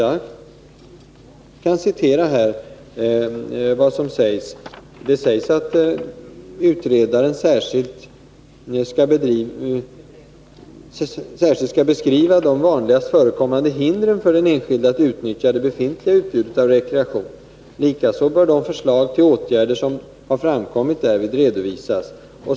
Jag kan citera vad som står i utskottets betänkande, där utredningsdirektiven redovisas. Utredaren bör ”särskilt beskriva de vanligast förekommande hindren för den enskilde att utnyttja det befintliga utbudet av rekreation. Likaså bör de förslag till åtgärder som därvid framkommit redovisas.